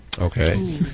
Okay